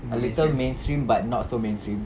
a little mainstream but not so mainstream